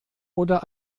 oder